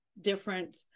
different